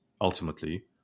ultimately